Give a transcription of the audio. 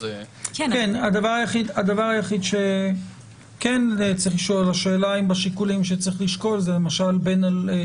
הדבר היחיד שצריך לשאול היא אם בשיקולים שצריך לשקול מול